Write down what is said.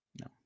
no